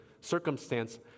circumstance